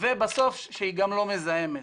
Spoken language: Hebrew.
ובסוף היא גם לא מזהמת.